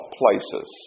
places